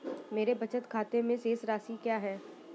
मेरे बचत खाते में शेष राशि क्या है?